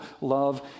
love